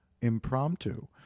impromptu